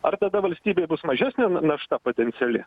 ar tada valstybei bus mažesnė našta potenciali